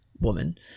woman